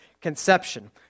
conception